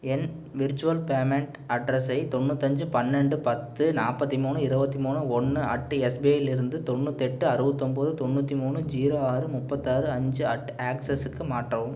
என் virtual payment அட்ரஸை தொண்ணூத்தஞ்சு பண்ணென்ண்டு பத்து நாற்பத்தி மூணு இருபத்தி மூணு ஒன்று அட் எஸ்பிஐ லிருந்து தொண்ணூத்தெட்டு அறுபத்தொம்பது தொண்ணூத் மூணு ஜீரோ ஆறு முப்பத்தாறு அஞ்சு அட் ஆக்ஸஸ்க்கு மாற்றவும்